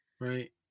Right